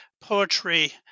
poetry